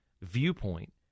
viewpoint